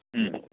ꯎꯝ